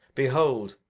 behold,